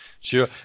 Sure